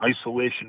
isolation